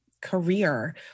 career